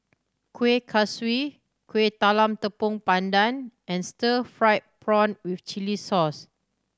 Kueh Kaswi Kueh Talam Tepong Pandan and stir fried prawn with chili sauce